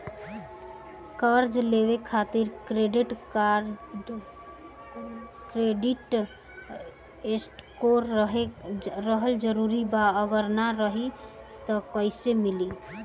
कर्जा लेवे खातिर क्रेडिट स्कोर रहल जरूरी बा अगर ना रही त कैसे मिली?